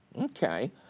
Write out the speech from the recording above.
Okay